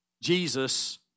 Jesus